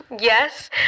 Yes